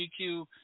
GQ